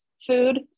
food